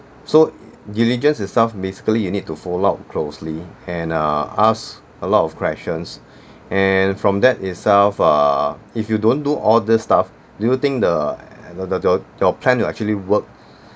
so diligence itself basically you need to follow up closely and uh ask a lot of questions and from that itself uh if you don't do all this stuff do you think the the the your your plan will actually work